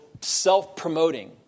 self-promoting